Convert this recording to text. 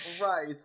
right